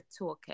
toolkit